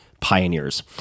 pioneers